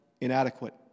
inadequate